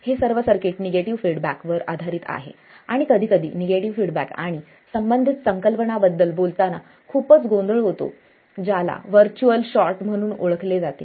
हे सर्व circuit negative feedback वर आधारित आहेत आणि कधीकधी निगेटिव्ह फीडबॅक आणि संबंधित संकल्पना बद्दल बोलताना खूपच गोंधळ होतो ज्याला व्हर्च्युअल शॉर्ट म्हणून ओळखले जाते